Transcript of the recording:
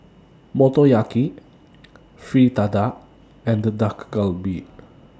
Motoyaki Fritada and The Dak Galbi